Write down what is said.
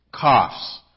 coughs